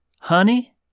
Honey